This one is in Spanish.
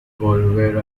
volver